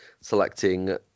selecting